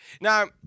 Now